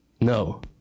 No